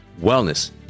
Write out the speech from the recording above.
Wellness